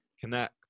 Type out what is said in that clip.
connect